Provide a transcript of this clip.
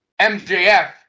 MJF